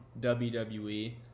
WWE